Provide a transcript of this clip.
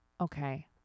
Okay